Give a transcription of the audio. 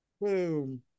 Boom